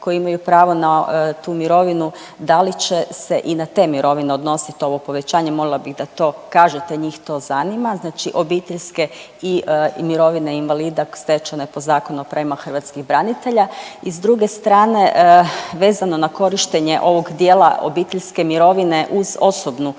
koji imaju pravo na tu mirovinu, da li će se i na te mirovine odnositi ovo povećanje molila bi da to kažete, njih to zanima? Znači obiteljske i mirovine invalida stečene po zakonu o pravima hrvatskih branitelja. I s druge strane vezano na korištenje ovog dijela obiteljske mirovine uz osobnu